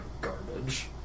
garbage